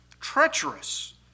treacherous